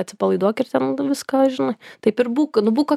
atsipalaiduok ir ten viską ką žinai taip ir būk būk